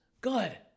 Good